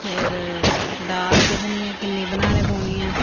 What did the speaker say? फिर दाल दिक्खनी ऐ किन्नी बनाने पौनी ऐ